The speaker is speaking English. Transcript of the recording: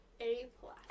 A-plus